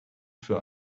für